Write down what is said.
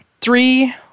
three